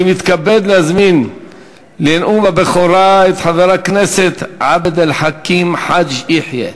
אני מתכבד להזמין לנאום הבכורה את חבר הכנסת עבד אל חכים חאג' יחיא.